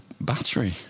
battery